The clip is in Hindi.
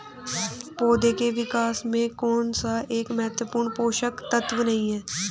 पौधों के विकास में कौन सा एक महत्वपूर्ण पोषक तत्व नहीं है?